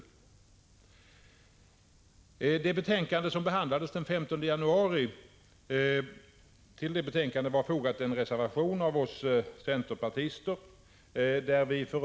Till det betänkande som behandlades den 15 januari var fogad en reservation av oss centerpartister.